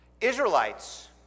Israelites